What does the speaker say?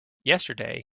yesterday